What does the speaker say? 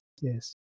yes